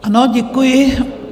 Ano, děkuji.